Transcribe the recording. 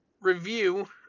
review